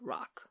Rock